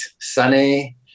sunny